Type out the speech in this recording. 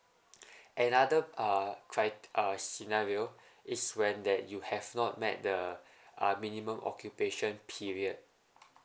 another uh cri~ uh scenario is when that you have not met the uh minimum occupation period